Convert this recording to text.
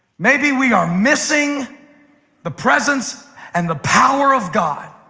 maybe we are missing the presence and the power of god,